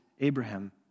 Abraham